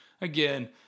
Again